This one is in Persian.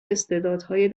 استعدادهای